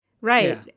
right